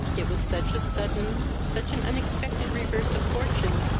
it was such a sudden, such an unexpected reverse of fortune,